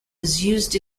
used